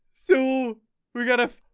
so we got a